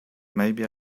maybe